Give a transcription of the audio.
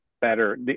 better